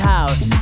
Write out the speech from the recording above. House